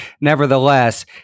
Nevertheless